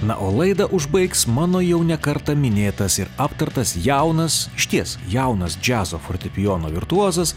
na o laidą užbaigs mano jau ne kartą minėtas ir aptartas jaunas išties jaunas džiazo fortepijono virtuozas